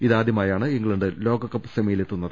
ഇതാ ദ്യമായാണ് ഇംഗ്ലണ്ട് ലോകകപ്പ് സെമിയിലെത്തുന്നത്